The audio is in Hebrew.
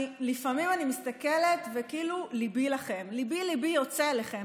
לפעמים אני מסתכלת וליבי איתכם.